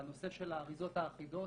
בנושא של האריזות האחידות